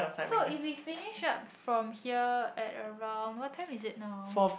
so if we finish up from here at around what time is it now